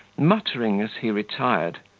muttering, as he retired,